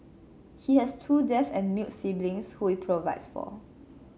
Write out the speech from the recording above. he has two deaf and mute siblings who he provides for